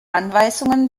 anweisungen